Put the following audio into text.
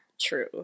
True